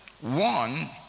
One